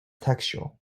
textual